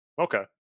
Okay